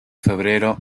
febrero